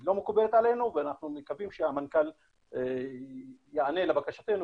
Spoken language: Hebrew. לא מקובלת עלינו ואנחנו מקווים שהמנכ"ל ייענה לבקשתנו